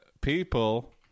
people